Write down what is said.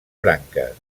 branques